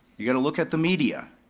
you're gonna look at the media.